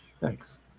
Thanks